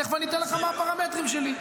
תכף אני אתן לך את הפרמטרים שלי.